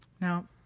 Now